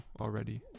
already